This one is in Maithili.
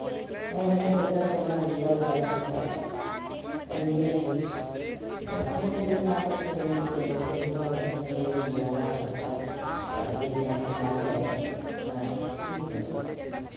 एहने करि कऽ समय बीतल जाइ छै सर एहने होइ छै कोनो चीज हमरा अरकेँ छयबे नहि कयलै तऽ ओहोसभ कहलियै गुजारा करतै चारि गो धिया पुता छै तऽ की करबै